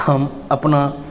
हम अपना